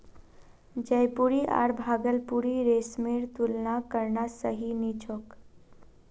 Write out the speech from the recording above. जयपुरी आर भागलपुरी रेशमेर तुलना करना सही नी छोक